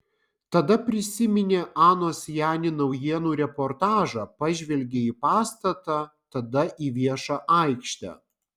tada prisiminė anos jani naujienų reportažą pažvelgė į pastatą tada į viešą aikštę